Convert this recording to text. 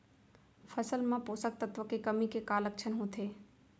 फसल मा पोसक तत्व के कमी के का लक्षण होथे?